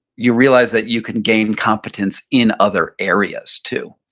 you realize that you can gain competence in other areas too.